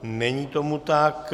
Není tomu tak.